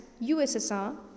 USSR